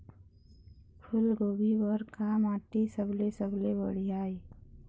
फूलगोभी बर का माटी सबले सबले बढ़िया ये?